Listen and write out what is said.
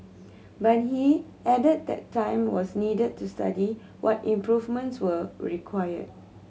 but he added that time was needed to study what improvements were required